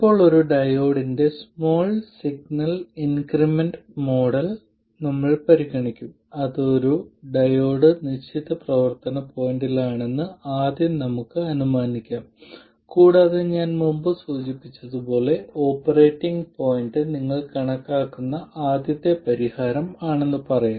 ഇപ്പോൾ ഒരു ഡയോഡിന്റെ സ്മാൾ സിഗ്നൽ ഇൻക്രിമെന്റൽ മോഡൽ ഞങ്ങൾ പരിഗണിക്കും അത് ഡയോഡ് ഒരു നിശ്ചിത പ്രവർത്തന പോയിന്റിലാണെന്ന് ആദ്യം നമുക്ക് അനുമാനിക്കാം കൂടാതെ ഞാൻ മുമ്പ് സൂചിപ്പിച്ചതുപോലെ ഓപ്പറേറ്റിംഗ് പോയിന്റ് നിങ്ങൾ കണക്കാക്കുന്ന ആദ്യത്തെ പരിഹാരം ആണെന്ന് പറയാം